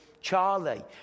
Charlie